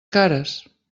cares